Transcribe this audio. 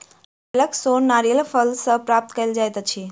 नारियलक सोन नारियलक फल सॅ प्राप्त कयल जाइत अछि